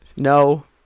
No